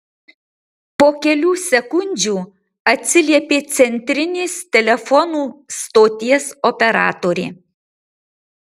po kelių sekundžių atsiliepė centrinės telefonų stoties operatorė